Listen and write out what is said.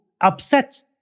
upset